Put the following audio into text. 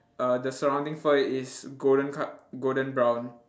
uh the surrounding fur is golden col~ golden brown